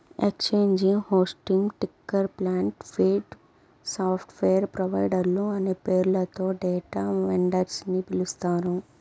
exchange hosting, ticker plant, feed, software ప్రొవైడర్లు అనే పేర్లతో డేటా వెండర్స్ ని పిలుస్తారు